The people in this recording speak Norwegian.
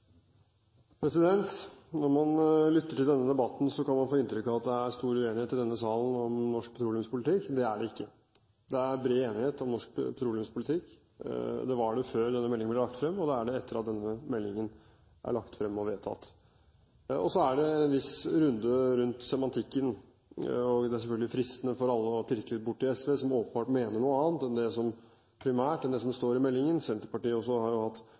stor uenighet i denne salen om norsk petroleumspolitikk. Det er det ikke. Det er bred enighet om norsk petroleumspolitikk. Det var det før denne meldingen ble lagt frem, og det er det etter at denne meldingen er lagt frem og vedtatt. Så er det en viss runde rundt semantikken. Det er selvfølgelig fristende for alle å pirke litt borti SV, som åpenbart primært mener noe annet enn det som står i meldingen. Også Senterpartiet har hatt ulike oppfatninger, men der er jo partiet splittet i mange fraksjoner, og statsråden representerer en av de fraksjonene. I løpet av debatten har